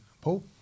Paul